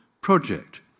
project